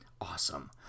awesome